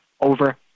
over